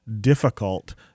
difficult